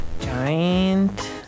Giant